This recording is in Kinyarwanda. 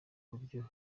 buryo